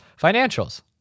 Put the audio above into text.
Financials